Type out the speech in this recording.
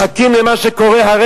מחכים למה שיקרה.